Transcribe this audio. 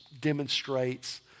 demonstrates